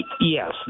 Yes